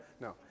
no